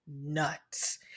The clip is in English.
nuts